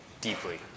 deeply